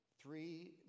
three